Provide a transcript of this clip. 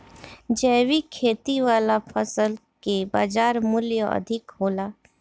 जैविक खेती वाला फसल के बाजार मूल्य अधिक होला